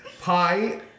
pie